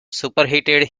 superheated